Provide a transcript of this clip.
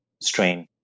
strain